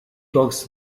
talks